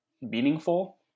meaningful